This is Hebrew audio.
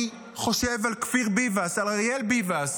אני חושב על כפיר ביבס, על אריאל ביבס.